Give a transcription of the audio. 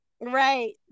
Right